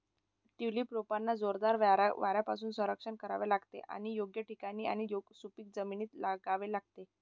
tulip रोपांना जोरदार वाऱ्यापासून संरक्षण करावे लागते आणि योग्य ठिकाणी आणि सुपीक जमिनीत लावावे लागते